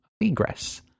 egress